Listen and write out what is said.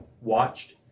watched